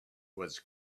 was